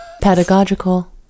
pedagogical